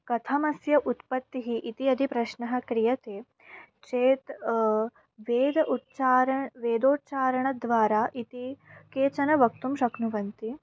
कथमस्य उत्पत्तिः इति यदि प्रश्नः क्रियते चेत् वेद उच्चारणं वेदोच्चारणद्वारा इति केचन वक्तुं शक्नुवन्ति